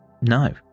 No